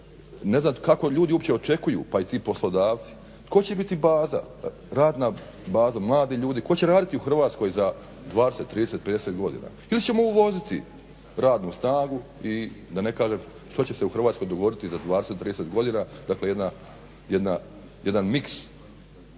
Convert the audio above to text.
ne znam kako ljudi uopće očekuju pa i ti poslodavci, tko će biti baza, radna baza, mladi ljudi, tko će raditi u Hrvatskoj za 20,30,50 godina ili ćemo uvoziti radnu snagu i da ne kažem što će se u Hrvatskoj dogoditi za 20, 30 godina dakle jedan mix